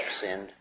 sinned